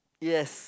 yes